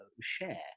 share